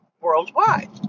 worldwide